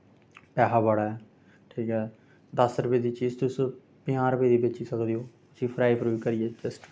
पैसा बड़ा ऐ ठीक ऐ दस रपे दी चीज तुस पंजाह् रपेऽ दी बेची सकदे ओ उस्सी फ्राई फ्रुई करियै